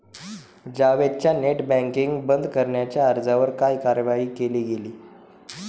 जावेदच्या net banking बंद करण्याच्या अर्जावर काय कारवाई केली गेली?